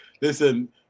Listen